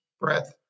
breath